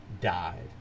died